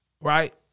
right